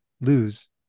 lose